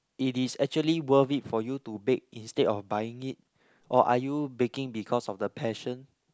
it is actually worth it for you to bake instead of buying it or are you baking because of the passion